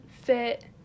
fit